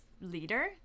leader